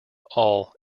all